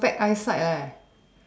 perfect eyesight